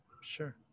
Sure